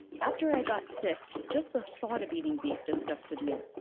after i got sick, just the thought of eating beef disgusted me.